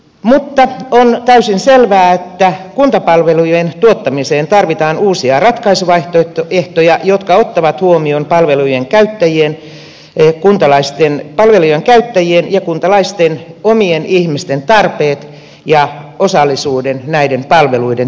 mutta on täysin selvää että kuntapalvelujen tuottamiseen tarvitaan uusia ratkaisuvaihtoehtoja jotka ottavat huomioon palvelujen käyttäjien ja kuntalaisten tarpeet ja osallisuuden näiden palveluiden tuottamisessa